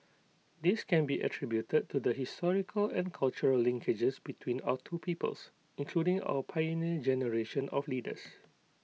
this can be attributed to the historical and cultural linkages between our two peoples including our Pioneer Generation of leaders